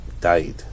died